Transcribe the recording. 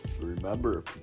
Remember